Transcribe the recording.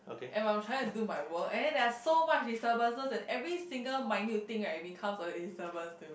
and I'm trying to do my work and then there are so much disturbances that every single minute thing right become a disturbance